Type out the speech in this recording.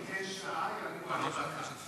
גם כשתיתן שעה יריבו על עוד דקה.